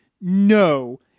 no